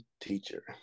teacher